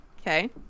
Okay